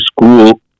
school